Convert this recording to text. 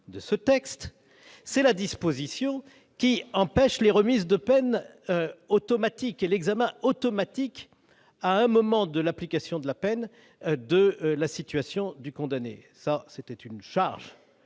de ce texte, c'est la suppression des remises de peines automatiques et de l'examen automatique, à un moment de l'application de la peine, de la situation du condamné. Cette charge